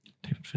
David